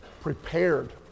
prepared